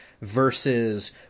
versus